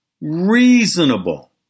reasonable